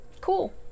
cool